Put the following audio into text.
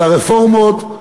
של הרפורמות,